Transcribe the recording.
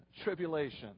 tribulation